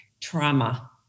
trauma